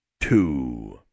two